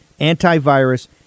antivirus